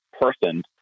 person